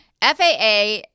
FAA